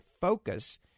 Focus